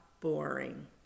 boring